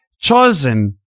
chosen